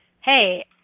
hey